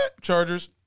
Chargers